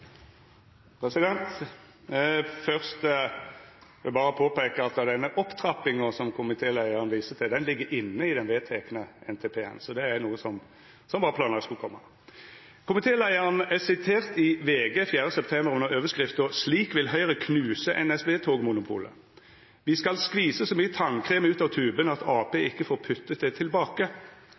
replikkordskifte. Først vil eg berre påpeika at den opptrappinga som komitéleiaren viser til, ligg inne i den vedtekne NTP-en, så det er noko som var planlagt skulle koma. Komitéleiaren er sitert i VG 4. september under overskrifta «Slik vil Høyre knuse NSBs togmonopol»: «Vi skal skvise så mye tannkrem ut av tuben at Ap ikke får puttet det tilbake.»